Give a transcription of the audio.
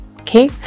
okay